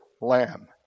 lamb